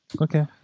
okay